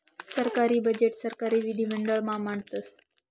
सरकारी बजेट सरकारी विधिमंडळ मा मांडतस